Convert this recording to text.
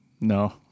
No